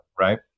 right